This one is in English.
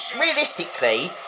realistically